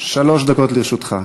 שלוש דקות לרשותך.